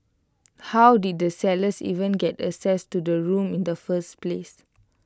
how did the sellers even get access to the room in the first place